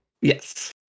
yes